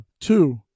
two